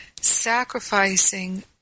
sacrificing